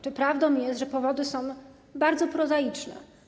Czy prawdą jest, że powody są bardzo prozaiczne?